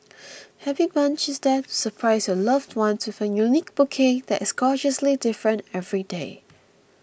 Happy Bunch is there to surprise your loved one with a unique bouquet that is gorgeously different every day